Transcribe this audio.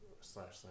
slash